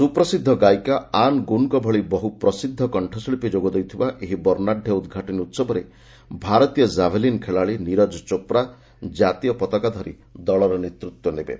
ସୁପ୍ରସିଦ୍ଧ ଗାୟିକା ଆନ୍ ଗୁନ୍ଙ୍କ ଭଳି ବହୁ ପ୍ରସିଦ୍ଧ କଣ୍ଠଶିଳ୍ପୀ ଯୋଗ ଦେଉଥିବା ଏହି ବର୍ଣ୍ଣାଡ଼୍ୟ ଉଦ୍ଘାଟନୀ ଉହବରେ ଭାରତୀୟ କ୍ଷାଭେଲିନ୍ ଖେଳାଳି ନୀରଜ ଚୋପ୍ରା ଜାତୀୟ ପତାକା ଧରି ଦଳର ନେତୃତ୍ୱ ନେବେ